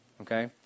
Okay